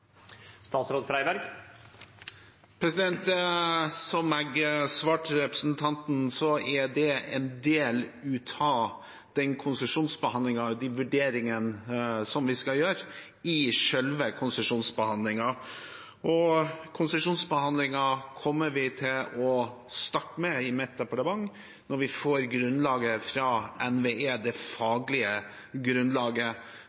Som jeg svarte representanten, er de vurderingene vi skal gjøre, en del av selve konsesjonsbehandlingen. Og konsesjonsbehandlingen kommer vi til å starte med i mitt departement når vi får det faglige grunnlaget fra NVE.